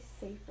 safer